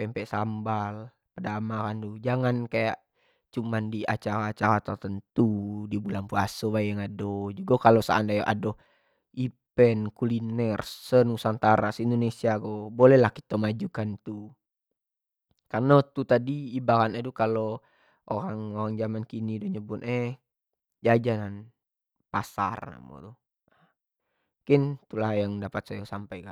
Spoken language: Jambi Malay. pemepk sambal, padamaran jangan kayak cuma di acara-acara tertetnu di bulan puaso bae yang ado, jugo kalo senadai nyo ado event kuliner senusantara ko ado boleh lah kito majukan itu, kareno tu ibarat nyo kalo orang kini tu nyebut nyo tu jajanan pasar, mungkin itu lah yang dapat saya sampaik.